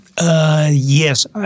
Yes